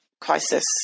crisis